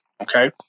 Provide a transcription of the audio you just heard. Okay